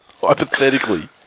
Hypothetically